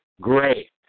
Great